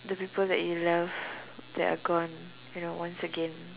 the people that you love that are gone you know once again